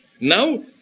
Now